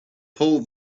pull